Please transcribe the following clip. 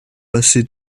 passé